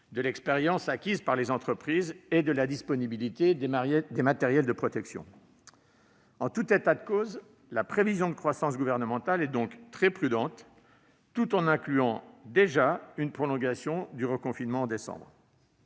de l'expérience acquise par les entreprises et de la disponibilité des matériels de protection. En tout état de cause, la prévision de croissance gouvernementale est très prudente, tout en incluant déjà une prolongation du reconfinement en décembre.